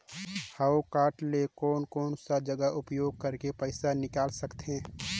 हव कारड ले कोन कोन सा जगह उपयोग करेके पइसा निकाल सकथे?